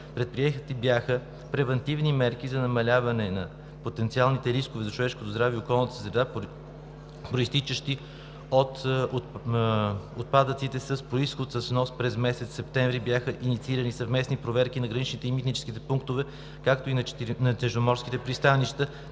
Предприети бяха превантивни мерки за намаляване на потенциалните рискове за човешкото здраве и околната среда, произтичащи от отпадъците с произход внос. През месец септември бяха инициирани съвместни проверки на граничните и митническите пунктове, както и на черноморските пристанища,